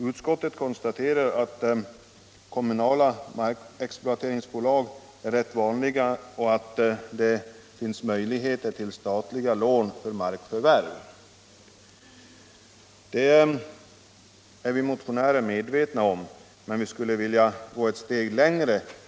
Utskottet konstaterar att kommunala markexploateringsbolag är rätt vanliga och att det finns möjligheter till statliga lån för markförvärv. Det är vi motionärer medvetna om, men vi skulle vilja gå ett steg längre.